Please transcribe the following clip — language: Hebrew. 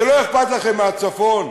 שלא אכפת לכם מהצפון?